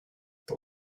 but